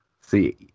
see